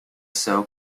sew